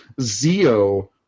Zio